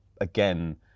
again